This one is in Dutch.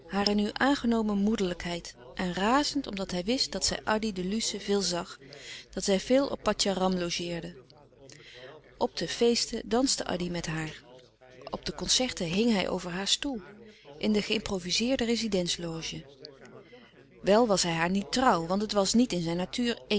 hare nu aangenomen moederlijkheid en razend omdat hij wist dat zij addy de luce veel zag dat zij veel op patjaram logeerde op de feesten danste addy met haar op de concerten hing hij over haar stoel in de ge improvizeerde rezidents loge wel was hij haar niet trouw want het was niet in zijn natuur